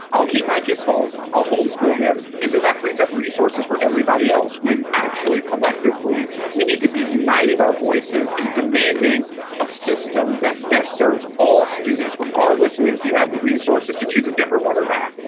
i'll keep my kid home, home, a home, school them. and then that frees up resources for everybody else when actually collectively we need to be uniting our voices in demanding a system that best serves all students, regardless and if you have the resources to choose a different one or not